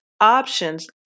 options